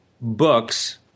books –